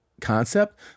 concept